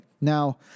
Now